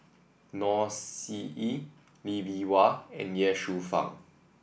Noor See Yee Lee Bee Wah and Ye Shufang